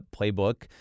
playbook